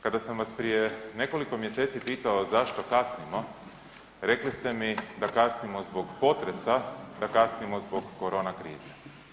Kada sam vas prije nekoliko mjeseci pitao zašto kasnimo, rekli ste mi da kasnimo zbog potresa, da kasnimo zbog korona krize.